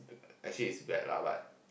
actually it's bad lah but